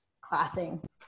classing